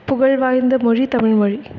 புகழ்வாய்ந்த மொழி தமிழ்மொழி